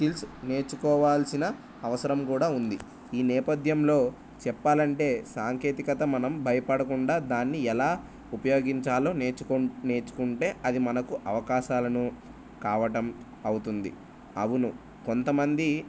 skills నేర్చుకోవాల్సిన అవసరం కూడా ఉంది ఈ నేపథ్యంలో చెప్పాలి అంటే సాంకేతికత మనం భయపడకుండా దాన్ని ఎలా ఉపయోగించాలో నేర్చుకు నేర్చుకుంటే అది మనకు అవకాశాలను కావటం అవుతుంది అవును కొంతమంది